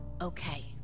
okay